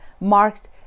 marked